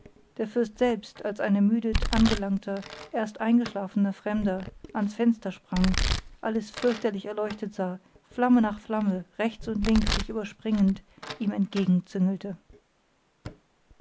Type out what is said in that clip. der fürst selbst als ein ermüdet angelangter erst eingeschlafener fremder ans fenster sprang alles fürchterlich erleuchtet sah flamme nach flamme rechts und links sich überspringend ihm